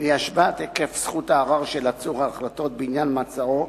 היא השוואת היקף זכות הערר של עצור על החלטות בעניין מעצרו